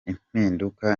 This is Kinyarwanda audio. impinduka